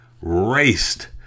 raced